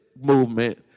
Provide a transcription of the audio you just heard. movement